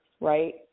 right